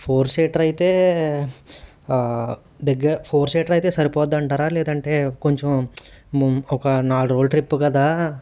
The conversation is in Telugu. ఫోర్ సీటర్ అయితే దగ్గర ఫోర్ సీటర్ అయితే సరిపోద్ది అంటారా లేదంటే కొంచెం ఒక నాలుగు రోజు ట్రిప్పు కదా